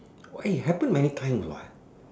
what it happens many times what